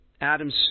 Adam's